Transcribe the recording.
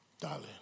darling